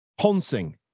Ponsing